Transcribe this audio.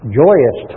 joyous